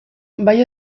bai